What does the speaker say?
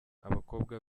abakobwa